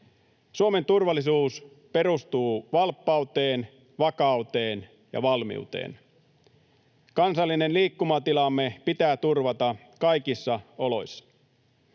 Suomen turvallisuus perustuu valppauteen, vakauteen ja valmiuteen. Kansallinen liikkumatilamme pitää turvata kaikissa oloissa.